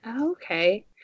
Okay